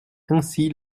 ainsi